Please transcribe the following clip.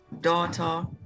daughter